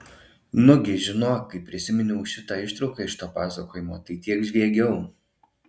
nugi žinok kai prisiminiau šitą ištrauką iš to pasakojimo tai tiek žviegiau